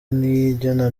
niyigena